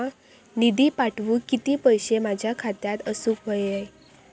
निधी पाठवुक किती पैशे माझ्या खात्यात असुक व्हाये?